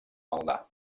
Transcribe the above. maldà